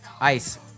Ice